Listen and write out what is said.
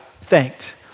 thanked